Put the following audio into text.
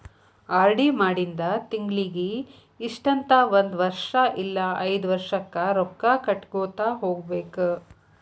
RD ಮಾಡಿಂದ ತಿಂಗಳಿಗಿ ಇಷ್ಟಂತ ಒಂದ್ ವರ್ಷ್ ಇಲ್ಲಾ ಐದ್ ವರ್ಷಕ್ಕ ರೊಕ್ಕಾ ಕಟ್ಟಗೋತ ಹೋಗ್ಬೇಕ್